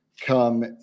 come